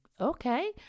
Okay